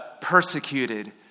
persecuted